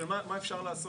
של מה אפשר לעשות.